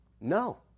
No